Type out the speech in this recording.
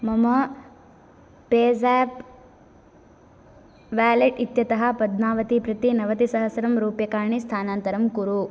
मम PayZapp wallet इत्यतः पद्मावती प्रति नवतिसहस्रं रूप्यकाणि स्थानान्तरं कुरु